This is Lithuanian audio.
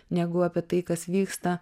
negu apie tai kas vyksta